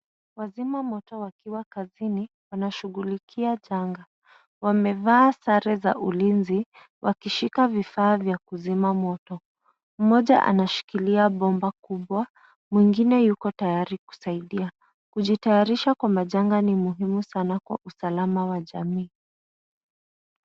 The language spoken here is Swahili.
Wazima moto wakiwa kazini wanashughulikia janga. Wamevaa sare za ulinzi wakishika vifaa vya kuzima moto. Mmoja anashikilia bomba kubwa. Mwingine yuko tayari kusaidia. Kujitayarisha kwa majanga ni muhimu sana kwa usalama wa jamii